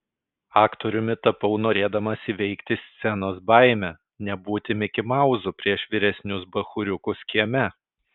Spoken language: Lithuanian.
aktoriumi tapau norėdamas įveikti scenos baimę nebūti mikimauzu prieš vyresnius bachūriukus kieme